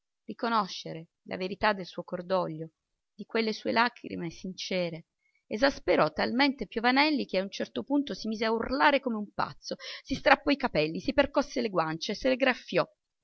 meritava riconoscere la verità del suo cordoglio di quelle sue lagrime sincere esasperò talmente piovanelli che a un certo punto si mise a urlare come un pazzo si strappò i capelli si percosse le guance se le graffiò